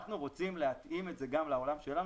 אנחנו רוצים להתאים את זה גם לעולם שלנו,